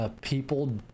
people